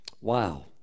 Wow